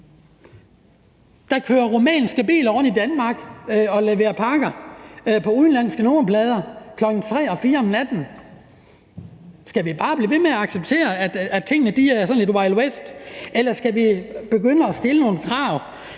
Der kører rumænske biler rundt i Danmark og leverer pakker på udenlandske nummerplader kl. 3 og 4 om natten. Skal vi bare blive ved med at acceptere, at tingene er sådan lidt wild west-agtige, eller skal vi begynde at stille nogle krav?